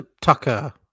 Tucker